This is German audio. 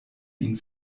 ihn